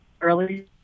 early